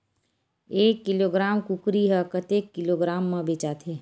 एक किलोग्राम कुकरी ह कतेक किलोग्राम म बेचाथे?